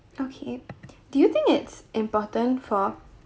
okay do you think it's important for